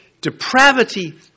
Depravity